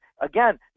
again